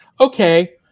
Okay